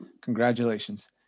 Congratulations